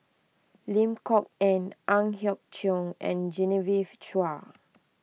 Lim Kok Ann Ang Hiong Chiok and Genevieve Chua